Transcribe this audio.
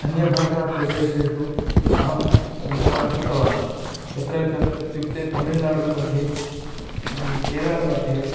अन्यभाषा प्रदेशेषु अहं सञ्चारं कृतवान् यत्र ये इत्युक्ते तमिळ्नाडुमध्ये केरळमध्ये